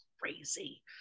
crazy